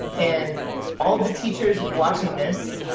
and all the teachers watching this,